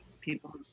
people